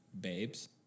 Babes